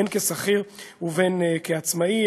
בין כשכיר ובין כעצמאי.